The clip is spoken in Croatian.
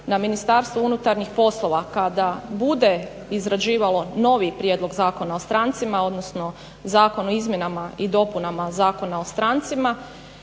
ja apeliram na MUP kada bude izrađivalo novi prijedlog Zakona o strancima odnosno zakon o izmjenama i dopunama Zakona o strancima